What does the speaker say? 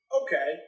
okay